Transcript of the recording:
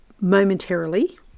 momentarily